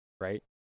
right